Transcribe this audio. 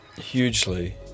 Hugely